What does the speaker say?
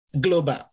global